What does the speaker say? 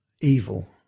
evil